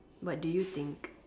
what do you think